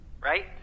right